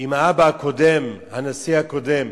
עם האבא הקודם, הנשיא הקודם,